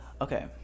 Okay